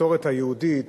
במסורת היהודית,